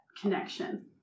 connection